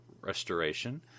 restoration